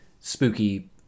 spooky